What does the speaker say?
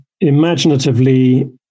imaginatively